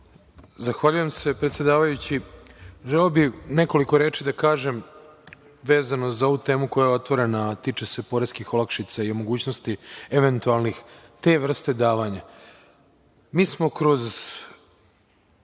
Zahvaljujem se, predsedavajući. Želeo bih nekoliko reči da kažem vezano za ovu temu, koja je otvorena, a tiče se poreskih olakšica, i mogućnosti eventualnih, te vrste davanja. Mi smo kroz